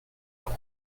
pour